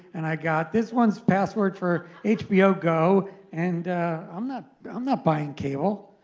and i got this one's password for hbo go, and i'm not i'm not buying cable.